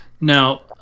Now